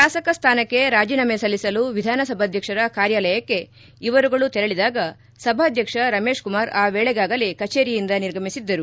ಶಾಸಕ ಸ್ಥಾನಕ್ಕೆ ರಾಜೀನಾಮೆ ಸಲ್ಲಿಸಲು ವಿಧಾನಸಭಾಧ್ಯಕ್ಷರ ಕಾರ್ಯಾಲಯಕ್ಕೆ ಇವರುಗಳು ತೆರಳಿದಾಗ ಸಭಾಧ್ಯಕ್ಷ ರಮೇಶ್ ಕುಮಾರ್ ಆ ವೇಳೆಗಾಗಲೇ ಕಚೇರಿಯಿಂದ ನಿರ್ಗಮಿಸಿದ್ದರು